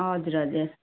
हजुर हजुर